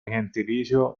gentilicio